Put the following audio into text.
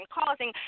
causing